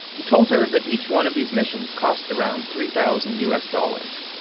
he told her that each one of these missions cost around three thousand us dollars.